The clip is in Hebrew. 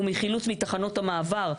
הוא מחילוץ מתחנות המעבר.